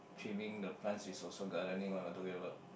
trimming the plants is also gardening what what are you talking about